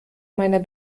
meiner